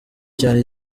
cyane